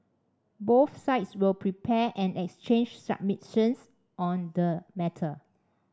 both sides will prepare and exchange submissions on the matter